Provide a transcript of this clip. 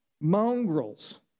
Mongrels